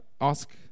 Ask